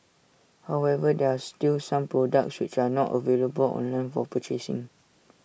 however there are still some products which are not available online for purchasing